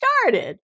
started